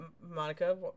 Monica